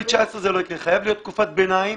חייבת להיות תקופת ביניים